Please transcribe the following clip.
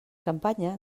campanya